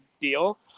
deal